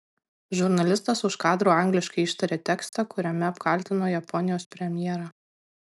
žurnalistas už kadro angliškai ištarė tekstą kuriame apkaltino japonijos premjerą